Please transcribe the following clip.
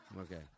Okay